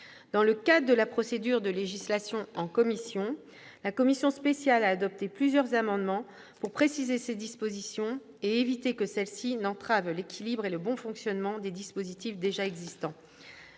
Dans le cadre de la procédure de législation en commission, la commission spéciale a adopté plusieurs amendements visant à préciser ces dispositions, et à éviter que celles-ci n'entravent l'équilibre et le bon fonctionnement des dispositifs déjà existants.